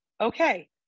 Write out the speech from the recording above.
Okay